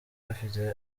bafite